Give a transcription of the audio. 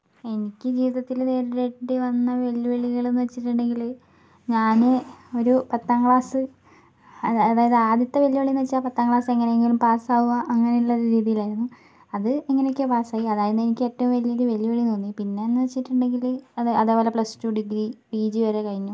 എനിക്ക് ജീവിതത്തില് നേരിടേണ്ടി വന്ന വെല്ലുവിളികളെന്ന് വെച്ചിട്ടുണ്ടെങ്കില് ഞാന് ഒരു പത്താം ക്ലാസ്സ് അതായത് ആദ്യത്തെ വെല്ലുവിളി എന്ന് വെച്ച പത്താം ക്ലാസ്സ് എങ്ങനെയെങ്കിലും പാസ്സ് ആവുക അങ്ങനെയുള്ള ഒരു രീതിയിലായിരുന്നു അത് എങ്ങനെയെക്കെയോ പാസ്സായി അതായിരുന്നു എനിക്ക് ഏറ്റവും വലിയ ഒരു വെല്ലുവിളി തോന്നിയ പിന്നെ എന്ന് വെച്ചിട്ടുണ്ടെങ്കില് അതെ അതുപോലെ പ്ലസ് ടു ഡിഗ്രി പിജി വരെ കഴിഞ്ഞു